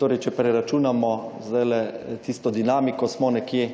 Torej če preračunamo, zdaj tisto dinamiko smo nekje